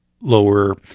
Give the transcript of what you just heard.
lower